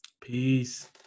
Peace